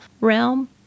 realm